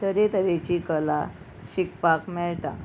तर तरेतरेची कला शिकपाक मेळटा